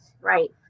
Right